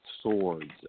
Swords